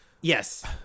Yes